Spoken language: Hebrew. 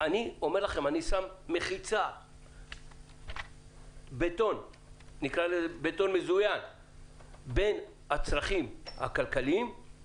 אני שם מחיצת בטון מזוין בין הצרכים הכלכליים לבין הפגיעה